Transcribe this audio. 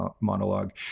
monologue